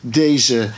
deze